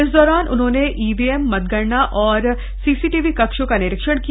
इस दौरान उन्होंने ईवीएम मतगणना और सीसीटीवी कक्षों का निरीक्षण किया